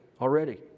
already